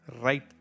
right